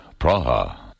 Praha